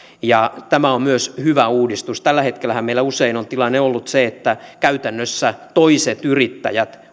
tämä on myös hyvä uudistus tällä hetkellähän meillä usein on tilanne ollut se että käytännössä toiset yrittäjät